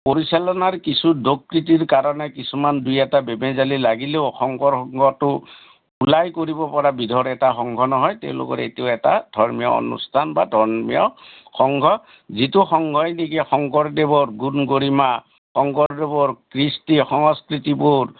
পৰিচালনাৰ কিছু দোষ কৃতীৰ কাৰণে কিছুমান দুই এটা বেমেজালী লাগিলেও শংকৰ সংঘটো ওলাই কৰিব পৰা বিধৰ এটা সংঘ নহয় তেওঁলোকৰ এইটো এটা ধৰ্মীয় অনুষ্ঠান বা ধৰ্মীয় সংঘ যিটো সংঘই নেকি শংকৰদেৱৰ গুণ গৰিমা শংকৰদেৱৰ কৃষ্টি সংস্কৃতিবোৰ